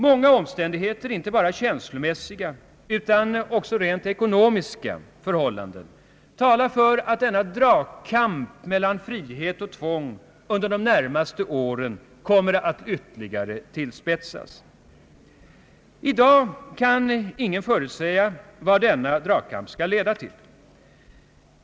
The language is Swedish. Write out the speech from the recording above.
Många omständigheter, inte bara känslomässiga utan också rent ekonomiska förhållanden, talar för att denna dragkamp mellan frihet och tvång under de närmaste åren kommer att ytterligare tillspetsas. I dag kan ingen förutsäga vart denna dragkamp skall leda.